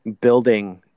Building